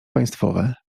państwowe